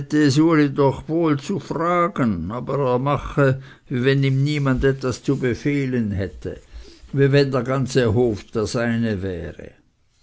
doch wohl zu fragen aber er mache wie wenn ihm niemand etwas zu befehlen hätte wie wenn der ganze hof der seine wäre